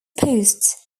posts